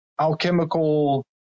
alchemical